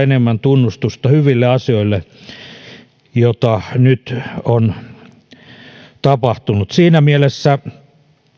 enemmän tunnustusta hyville asioille joita nyt on tapahtunut siinä mielessä